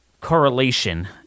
correlation